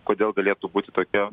kodėl galėtų būti tokia